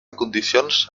condicions